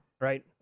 Right